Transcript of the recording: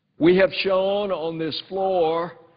we have shown on this floor